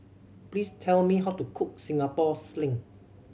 please tell me how to cook Singapore Sling